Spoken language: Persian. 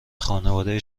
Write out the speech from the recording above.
خانواده